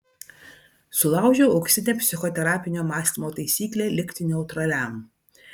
sulaužiau auksinę psichoterapinio mąstymo taisyklę likti neutraliam